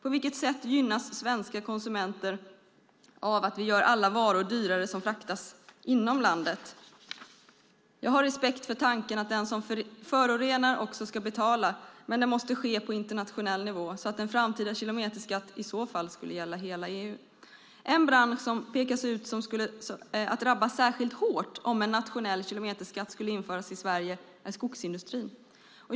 På vilket sätt gynnas svenska konsumenter av att vi gör alla varor dyrare som fraktas inom landet? Jag har respekt för tanken att den som förorenar också ska betala, men det måste ske på internationell nivå så att en framtida kilometerskatt i så fall ska gälla hela EU. Man pekar på att en bransch som skulle drabbas särskilt hårt om en nationell kilometerskatt skulle införas i Sverige är skogsindustrin.